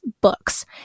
books